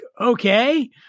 okay